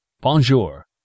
Bonjour